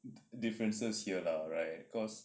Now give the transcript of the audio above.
differences here lah right cause